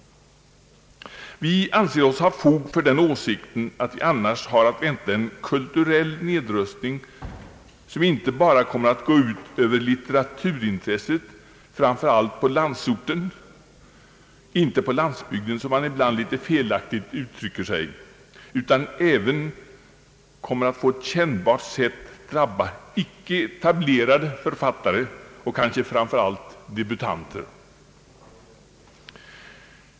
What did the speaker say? Vi anser oss ha fog för den åsikten att vi annars har att vänta en kulturell nedrustning som inte bara kommer att gå ut över litteraturintresset framför allt på landsorten — inte bara på landsbygden som man ibland litet felaktigt uttrycker sig — utan även kommer att på ett kännbart sätt drabba icke etablerade författare och kanske framför allt debutanter.